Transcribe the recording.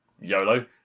YOLO